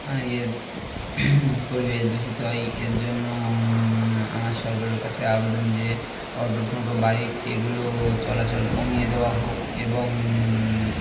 ইয়ে পরিবেশ দূষিত হয় এর জন্য আমার সরকারের কাছে আবেদন যে অটো টোটো বাইক এগুলো চলাচল কমিয়ে দেওয়া হোক এবং